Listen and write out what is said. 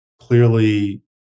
clearly